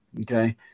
Okay